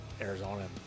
Arizona